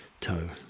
toe